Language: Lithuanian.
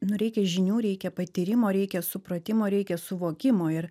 nu reikia žinių reikia patyrimo reikia supratimo reikia suvokimo ir